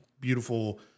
beautiful